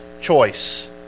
choice